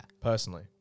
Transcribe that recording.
Personally